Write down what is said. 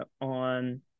on